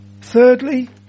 Thirdly